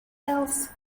else